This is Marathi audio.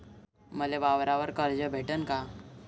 मले वावरावर कर्ज भेटन का?